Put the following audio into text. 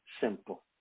simple